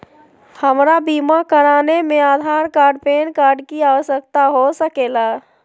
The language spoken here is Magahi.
हमरा बीमा कराने में आधार कार्ड पैन कार्ड की आवश्यकता हो सके ला?